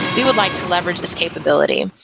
we would like to leverage this capability.